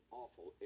awful